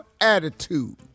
attitude